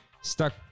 stuck